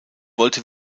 wollte